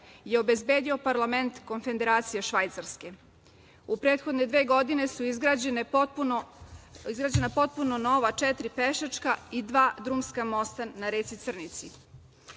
je obezbedio parlament Konfederacije Švajcarske. U prethodne dve godine su izgrađena potpuno nova četiri pešačka i dva drumska mosta ne reci Crnici.